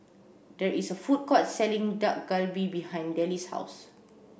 there is a food court selling Dak Galbi behind Dellie's house